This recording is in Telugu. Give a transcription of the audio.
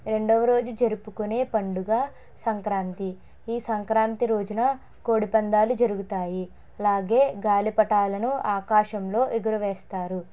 రెండవ రోజు జరుపుకునే పండుగ సంక్రాంతి ఈ సంక్రాంతి రోజున కోడి పందాలు జరుగుతాయి అలాగే గాలిపటాలను ఆకాశంలో ఎగురవేస్తారు